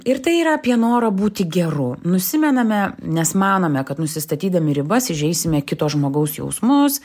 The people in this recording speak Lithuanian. ir tai yra apie norą būti geru nusimename nes manome kad nusistatydami ribas įžeisime kito žmogaus jausmus